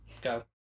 go